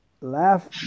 laugh